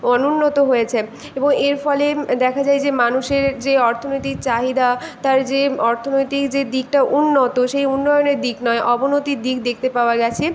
অনুন্নত হয়েছে এবং এর ফলে দেখা যায় যে মানুষের যে অর্থনৈতিক চাহিদা তার যে অর্থনৈতিক যে দিকটা উন্নত সেই উন্নয়নের দিক নয় অবনতির দিক দেখতে পাওয়া গিয়েছে